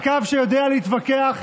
הקו שיודע להתווכח,